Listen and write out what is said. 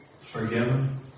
forgiven